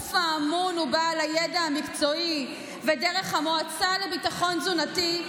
הגוף האמון ובעל הידע המקצועי ודרך המועצה לביטחון תזונתי,